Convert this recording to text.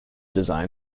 design